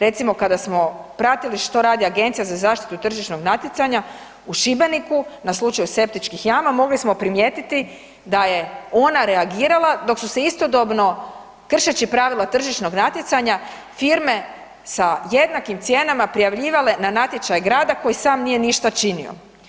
Recimo, kada smo pratili što radi Agencija za zaštitu tržišnog natjecanja u Šibeniku, na slučaju septičkih jama, mogli smo primijetiti da je ona reagirala dok su se istodobno kršeći pravila tržišnog natjecanja firme sa jednakim cijenama prijavljivale na natječaj grada koji sam nije ništa činio.